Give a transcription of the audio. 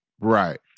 right